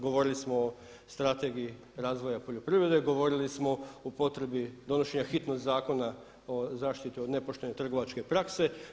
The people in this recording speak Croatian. Govorili smo o strategiji razvoja poljoprivrede, govorili smo o potrebi donošenja hitnosti Zakona o zaštiti od nepoštene trgovačke prakse.